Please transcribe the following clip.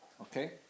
Okay